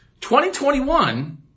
2021